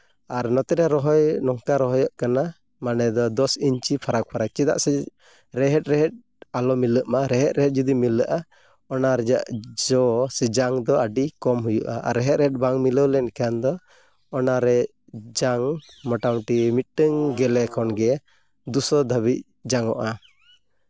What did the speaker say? ᱟᱨ ᱱᱚᱛᱮᱨᱮ ᱨᱚᱦᱚᱭ ᱱᱚᱝᱠᱟ ᱨᱚᱦᱚᱭᱚᱜ ᱠᱟᱱᱟ ᱢᱟᱱᱮ ᱫᱚ ᱫᱚᱥ ᱤᱧᱪᱤ ᱯᱷᱟᱨᱟᱠ ᱯᱷᱟᱨᱟᱠ ᱪᱮᱫᱟᱜ ᱥᱮ ᱨᱮᱦᱮᱫ ᱨᱮᱦᱮᱫ ᱟᱞᱚ ᱢᱤᱞᱟᱹᱜ ᱢᱟ ᱨᱮᱦᱮᱫ ᱨᱮᱦᱮᱫ ᱡᱩᱫᱤ ᱢᱤᱞᱟᱹᱜᱼᱟ ᱚᱱᱟ ᱨᱮᱭᱟᱜ ᱡᱚ ᱥᱮ ᱡᱟᱝ ᱫᱚ ᱟᱹᱰᱤ ᱠᱚᱢ ᱦᱩᱭᱩᱜᱼᱟ ᱟᱨ ᱨᱮᱦᱮᱫ ᱨᱮᱦᱮᱫ ᱵᱟᱝ ᱢᱤᱞᱟᱹᱣ ᱞᱮᱱᱠᱷᱟᱱ ᱫᱚ ᱚᱱᱟᱨᱮ ᱡᱟᱝ ᱢᱳᱴᱟᱢᱩᱴᱤ ᱢᱤᱫᱴᱟᱹᱱ ᱜᱮᱞᱮ ᱠᱷᱚᱱᱜᱮ ᱫᱩᱥᱚ ᱫᱷᱟᱹᱵᱤᱡ ᱡᱟᱝ ᱚᱜᱼᱟ